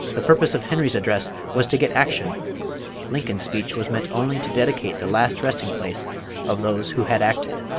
the purpose of henry's address was to get action lincoln's speech was meant only to dedicate the last resting place of those who had acted.